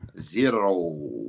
Zero